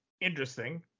interesting